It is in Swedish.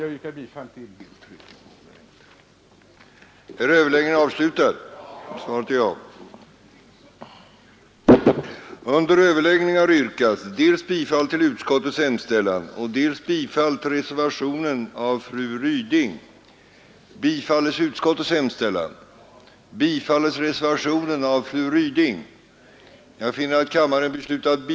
Jag yrkar bifall till reservationen.